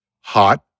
hot